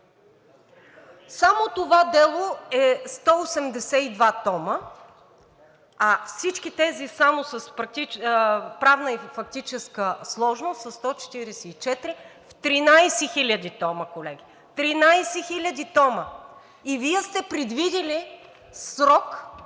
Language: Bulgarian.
Само това дело е 182 тома, а всички тези само с правна и фактическа сложност са 144 в 13 хиляди тома, колеги, и Вие сте предвидили срок